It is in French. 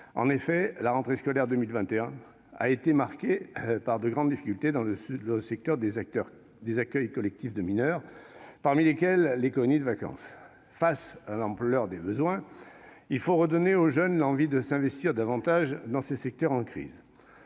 candidats. La rentrée scolaire de 2021 a effectivement été marquée par de grandes difficultés dans le secteur des accueils collectifs de mineurs, parmi lesquels les colonies de vacances. Face à l'ampleur des besoins, il faut redonner aux jeunes l'envie de s'investir davantage dans ces secteurs en crise.